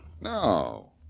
No